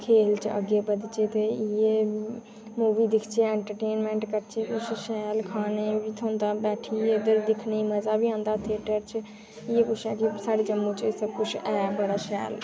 खेल च अग्गें बधचै ते अग्गै मूवी दिखचै ते कुछ एंटरटेनमैंट करचै कुछ शैल खाने गी बी थ्होंदा बैठियै ते दिक्खने गी मजा बी आंदा थेटर च इ'यै कुछ ऐ साढ़े जम्मू च मतलब सब कुछ ऐ बड़ा शैल